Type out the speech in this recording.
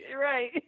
right